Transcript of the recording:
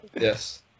Yes